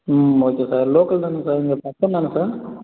ம் okay sir local தானே sir இங்கே பக்கம் தானே சார்